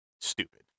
stupid